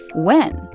when?